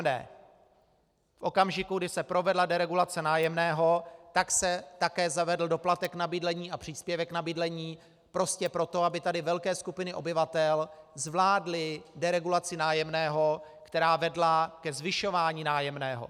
V okamžiku, kdy se provedla deregulace nájemného, tak se také zavedl doplatek na bydlení a příspěvek na bydlení prostě proto, aby tady velké skupiny obyvatel zvládly deregulaci nájemného, která vedla ke zvyšování nájemného.